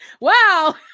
Wow